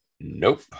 Nope